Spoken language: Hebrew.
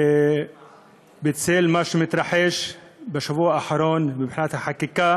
בצל מה שמתרחש בשבוע האחרון מבחינת החקיקה,